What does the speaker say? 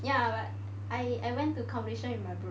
ya but I I went to competition with my bro and then like